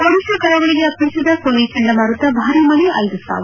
ಒಡಿತಾ ಕರಾವಳಿಗೆ ಅಪ್ಪಳಿಸಿದ ಘೊನಿ ಚಂಡಮಾರುತ ಭಾರೀ ಮಳೆ ಐದು ಸಾವು